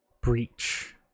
breach